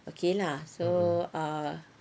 okay lah so ah